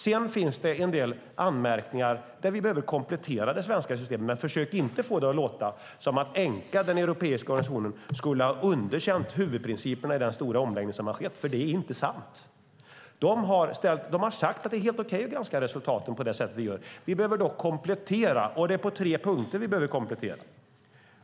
Sedan finns det en del anmärkningar där vi behöver komplettera det svenska systemet. Men försök inte att få det att låta som att Enqa, den europeiska organisationen, skulle ha underkänt huvudprinciperna i den stora omläggning som har skett, för det är inte sant! De har sagt att det är helt okej att granska resultaten på det sätt som vi gör. Vi behöver dock komplettera, och det är på tre punkter vi behöver komplettera.